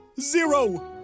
Zero